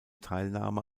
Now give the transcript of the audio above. teilnahme